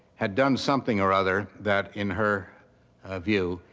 had done something or other that, in her ah view,